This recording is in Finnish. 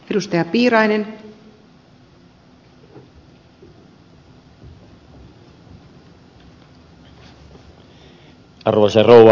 arvoisa rouva puhemies